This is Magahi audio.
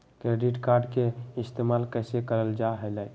क्रेडिट कार्ड के इस्तेमाल कईसे करल जा लई?